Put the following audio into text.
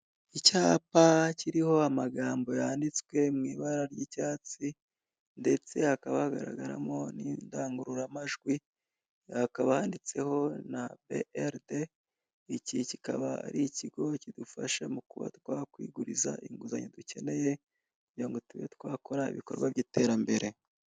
Icyapa kiriho amagambo yanditswe mu ibara ry'icyatsi, ndetse hakaba hagaragaramo n'indangururamajwi, hakaba handitseho na beride iki kikaba ari ikigo kidufasha mu kuba twa kwiguriza inguzanyo dukeneye, kugira ngo tube twakora ibikorwa by'iterambere.